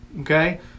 okay